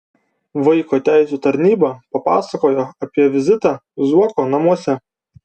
vaiko teisių tarnyba papasakojo apie vizitą zuokų namuose